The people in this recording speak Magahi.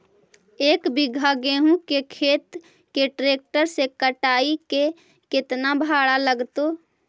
एक बिघा गेहूं के खेत के ट्रैक्टर से कटाई के केतना भाड़ा लगतै?